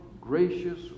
gracious